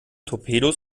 torpedos